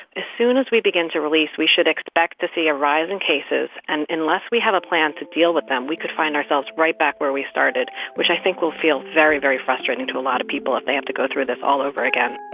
as soon as we begin to release, we should expect to see a rise in cases. and unless we have a plan to deal with them, we could find ourselves right back where we started, which i think will feel very, very frustrating to a lot of people if they have to go through this all over again